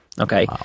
Okay